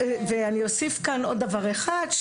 ואני אוסיף כאן עוד דבר אחד,